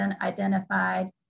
identified